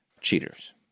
Cheaters